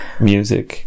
music